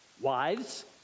Wives